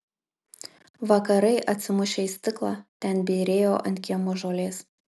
vakarai atsimušę į stiklą ten byrėjo ant kiemo žolės